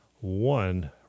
one